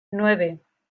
nueve